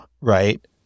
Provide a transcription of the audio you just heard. right